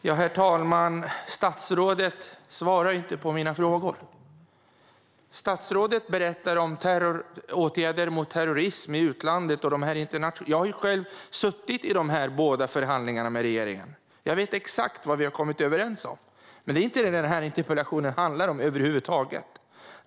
Herr ålderspresident! Statsrådet svarar inte på mina frågor. Statsrådet berättar om åtgärder mot terrorism i utlandet. Jag har själv suttit i båda dessa förhandlingar med regeringen, och jag vet exakt vad vi har kommit överens om. Men det är inte det interpellationen handlar om över huvud taget.